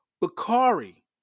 Bakari